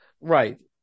Right